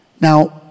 Now